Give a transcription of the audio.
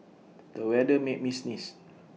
the weather made me sneeze